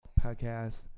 Podcast